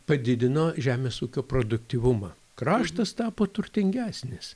padidino žemės ūkio produktyvumą kraštas tapo turtingesnis